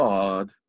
God